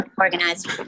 organized